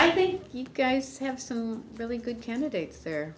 i think you guys have some really good candidates there